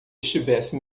estivesse